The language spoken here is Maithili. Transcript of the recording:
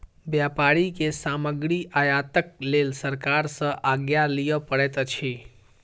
व्यापारी के सामग्री आयातक लेल सरकार सॅ आज्ञा लिअ पड़ैत अछि